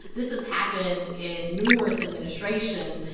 this has happened in numerous administrations,